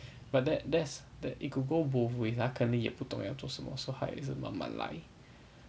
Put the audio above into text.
but that that's that it could go both ways ah 他可能也不懂要做什么 so 他也是慢慢来